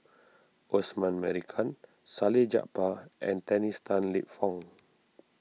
Osman Merican Salleh Japar and Dennis Tan Lip Fong